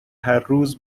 هرروز